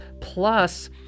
plus